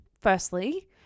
firstly